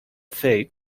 fate